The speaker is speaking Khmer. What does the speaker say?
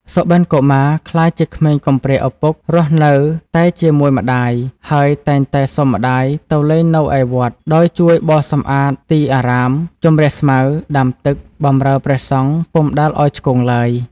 សុបិនកុមារក្លាយជាក្មេងកំព្រាឪពុក រស់នៅតែជាមួយម្តាយ ហើយ តែងតែសុំម្តាយទៅលេងនៅឯវត្ត ដោយជួយបោសសំអាតទីអារាម ជម្រះស្មៅ ដាំទឹក បម្រើព្រះសង្ឃពុំដែលឱ្យឆ្គងឡើយ ។